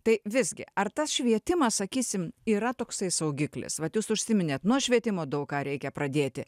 tai visgi ar tas švietimas sakysim yra toksai saugiklis vat jūs užsiminėt nuo švietimo daug ką reikia pradėti